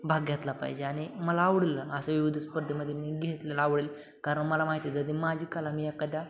भाग घेतला पाहिजे आणि मला आवडेल असं विविध स्पर्धेमध्ये मी घेतलेलं आवडेल कारण मला माहिती जरी माझी काला मी एखाद्या